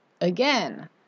Again